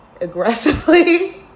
aggressively